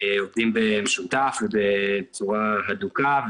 עובדים במשותף ובצורה הדוקה.